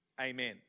amen